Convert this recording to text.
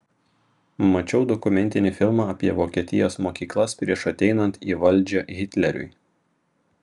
mačiau dokumentinį filmą apie vokietijos mokyklas prieš ateinant į valdžią hitleriui